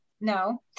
no